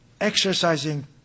exercising